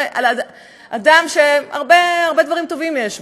אדם שהרבה דברים טובים יש בו,